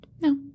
No